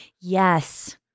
Yes